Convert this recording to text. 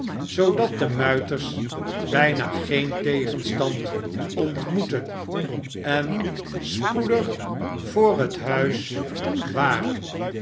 zoodat de muiters bijna een tegenstand ontmoetten en spoedig voor het huis waren